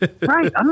Right